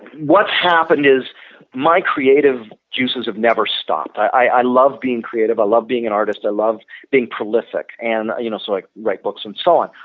what's happened is my creative juices have never stopped. i i love being creative, i love being an artist, i love being prolific, and you know so i write books and so on.